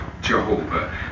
Jehovah